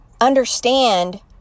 understand